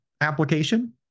application